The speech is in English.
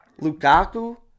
Lukaku